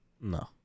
No